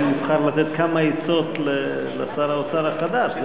אולי הוא יבחר לתת כמה עצות לשר האוצר החדש.